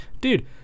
Dude